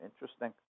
Interesting